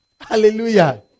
Hallelujah